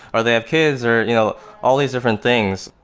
or they have kids, or you know all these different things.